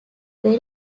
very